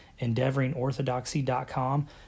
EndeavoringOrthodoxy.com